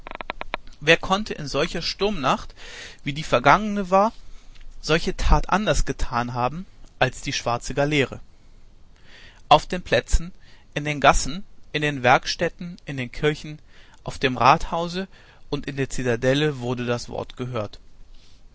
wer konnte in solcher sturmnacht wie die vergangene war solche tat anders getan haben als die schwarze galeere auf den plätzen in den gassen in den werkstätten in den kirchen auf dem rathause und in der zitadelle wurde das wort gehört